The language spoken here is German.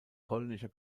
polnischer